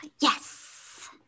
Yes